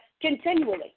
continually